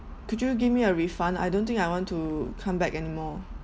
could you give me a refund I don't think I want to come back anymore